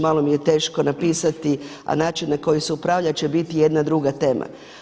Malo mi je teško napisati, a način na koji se upravlja će biti jedna druga tema.